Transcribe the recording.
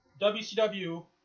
WCW